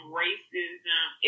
racism